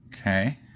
Okay